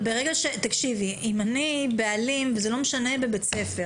אם אני בעלים וזה לא משנה בבית ספר